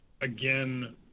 again